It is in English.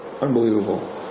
Unbelievable